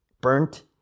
Burnt